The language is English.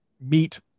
meet